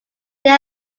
they